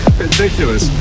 ridiculous